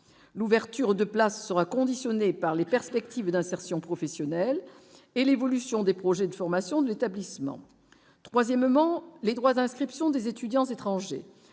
l'ouverture de places sera conditionnée par les perspectives d'insertion professionnelle et l'évolution des projets de formation de l'établissement, troisièmement, les droits d'inscription des étudiants étrangers,